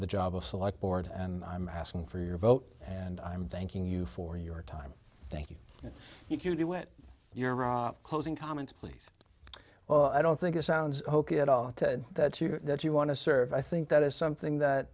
the job of select board and i'm asking for your vote and i'm thanking you for your time thank you you do when you're a closing comments please well i don't think it sounds hokey at all that you want to serve i think that is something that